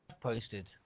posted